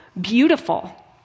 beautiful